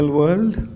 world